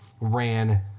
ran